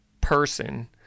person